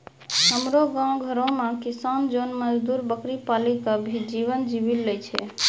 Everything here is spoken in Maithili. हमरो गांव घरो मॅ किसान जोन मजदुर बकरी पाली कॅ भी जीवन जीवी लॅ छय